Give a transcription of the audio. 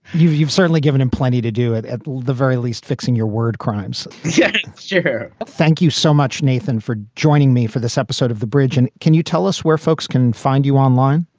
you've you've certainly given him plenty to do, at at the very least. fixing your word crimes. yeah jr thank you so much, nathan, for joining me for this episode of the bridge. and can you tell us where folks can find you online?